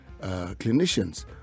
clinicians